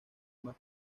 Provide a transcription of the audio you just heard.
más